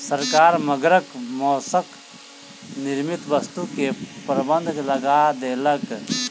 सरकार मगरक मौसक निर्मित वस्तु के प्रबंध लगा देलक